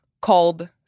called